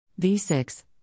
V6